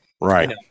Right